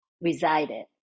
resided